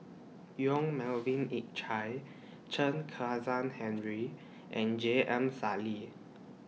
Yong Melvin Yik Chye Chen Kezhan Henri and J M Sali